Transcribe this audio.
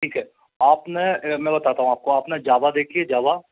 ठीक है आप न मैं बताता हूँ आपको आपने जावा देखी है जावा